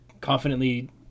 confidently